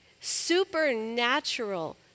supernatural